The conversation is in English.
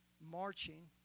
marching